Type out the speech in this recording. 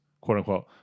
quote-unquote